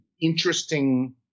interesting